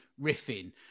riffing